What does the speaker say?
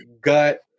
gut